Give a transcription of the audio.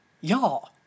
Y'all